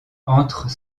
entrent